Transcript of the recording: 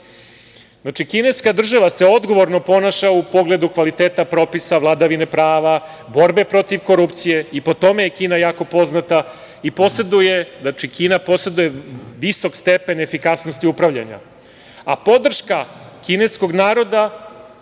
godine. Znači, kineska država se odgovorno ponaša u pogledu kvaliteta propisa vladavine prava, borbe protiv korupcije i po tome je Kina jako poznata i poseduje, znači, Kina poseduje visok stepen efikasnosti upravljanja, a podrška kineskog naroda